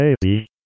Baby